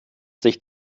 sich